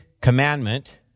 commandment